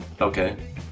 Okay